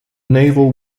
naval